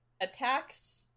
attacks